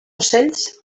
ocells